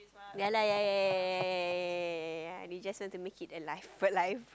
ya lah ya ya ya ya ya ya ya you just want to make it alive alive